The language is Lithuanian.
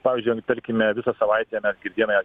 pavyzdžiui tarkime visą savaitę mes girdėjome